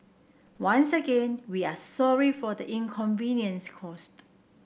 once again we are sorry for the inconvenience caused